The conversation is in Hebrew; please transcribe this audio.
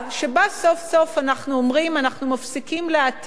שבה סוף סוף אנחנו אומרים: אנחנו מפסיקים להעתיק.